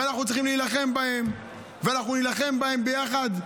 ואנחנו צריכים להילחם בהם, ואנחנו נילחם בהם ביחד.